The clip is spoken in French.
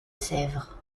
sèvres